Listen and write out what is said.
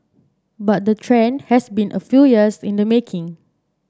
but the trend has been a few years in the making